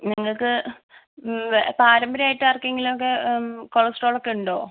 നിങ്ങൾക്ക് പാരമ്പര്യമായിട്ട് ആർക്കെങ്കിലും ഒക്കെ കൊളസ്ട്രോൾ ഒക്കെ ഉണ്ടോ